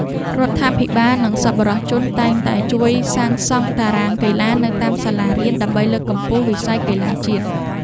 រដ្ឋាភិបាលនិងសប្បុរសជនតែងតែជួយសាងសង់តារាងកីឡានៅតាមសាលារៀនដើម្បីលើកកម្ពស់វិស័យកីឡាជាតិ។